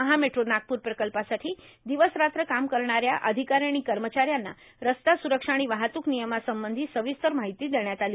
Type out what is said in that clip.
महा metro Nagpur प्रकल्पासाठी दिवस रात्र काम करणाऱ्या अधिकारी कर्मचाऱ्यांना रस्ता स्रक्षा आणि वाहतूक नियमासंबंधी सविस्तर माहिती देण्यात आली